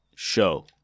Show